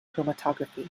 chromatography